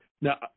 Now